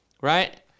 right